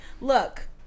look